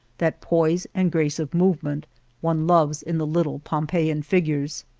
that poise and grace of movement one loves in the lit tle pompeian figures.